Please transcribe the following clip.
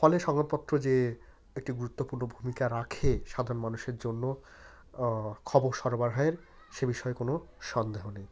ফলে সংবাদপত্র যে একটি গুরত্বপূর্ণ ভূমিকা রাখে সাধারণ মানুষের জন্য খবর সরবরাহের সে বিষয় কোনো সন্দেহ নেই